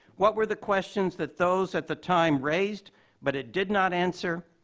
what were the questions that those at the time raised but it did not answer?